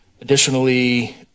Additionally